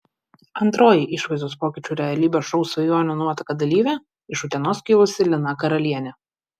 antroji išvaizdos pokyčių realybės šou svajonių nuotaka dalyvė iš utenos kilusi lina karalienė